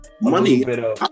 money